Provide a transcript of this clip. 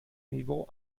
niveau